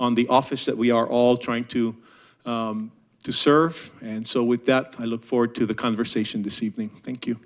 on the office that we are all trying to serve and so with that i look forward to the conversation this evening thank you